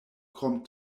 krom